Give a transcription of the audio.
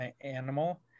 animal